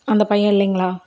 அந்த பையன் இல்லைங்களா